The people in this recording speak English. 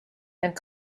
and